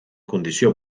condició